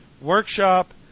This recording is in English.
Workshop